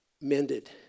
mended